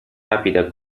rapida